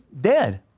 dead